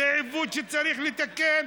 זה עיוות שצריך לתקן.